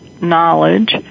knowledge